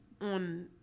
on